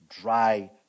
dry